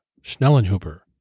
Schnellenhuber